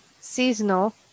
seasonal